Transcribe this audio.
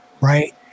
right